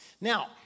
Now